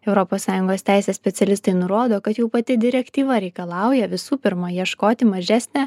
europos sąjungos teisės specialistai nurodo kad jau pati direktyva reikalauja visų pirma ieškoti mažesnę